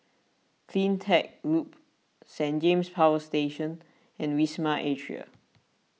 CleanTech Loop Saint James Power Station and Wisma Atria